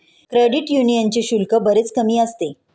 credit यूनियनचे शुल्क बरेच कमी असते